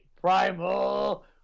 primal